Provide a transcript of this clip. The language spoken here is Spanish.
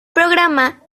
programa